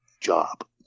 job